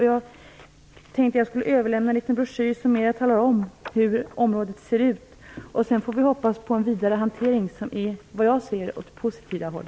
Jag tänkte överlämna en liten broschyr där det talas om hur området ser ut. Sedan får vi hoppas på en vidare hantering som - enligt min uppfattning går åt ett positivare håll.